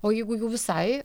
o jeigu jau visai